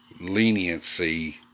leniency